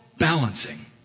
balancing